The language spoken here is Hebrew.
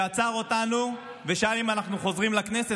שעצר אותנו ושאל אם אנחנו חוזרים לכנסת.